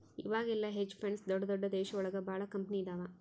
ಇವಾಗೆಲ್ಲ hedge funds ದೊಡ್ದ ದೊಡ್ದ ದೇಶ ಒಳಗ ಭಾಳ ಕಂಪನಿ ಇದಾವ